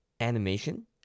animation